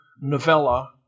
novella